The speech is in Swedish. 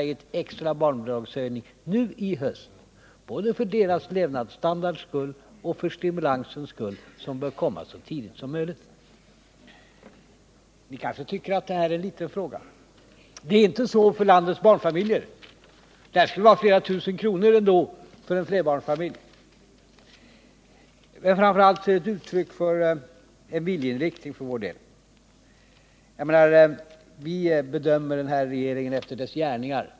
i en extra barnbidragshöjning, både för barnfamiljernas levnadsstandard och för stimulansen, som bör komma så tidigt som möjligt. Ni kanske tycker att det här är en liten fråga. Det är det inte för landets barnfamiljer. Detta extra barnbidrag skulle innebära flera tusental kronor för en flerbarnsfamilj, men framför allt är det ett uttryck för en viljeinriktning för vår del. Vi bedömer regeringen efter dess gärningar.